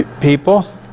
people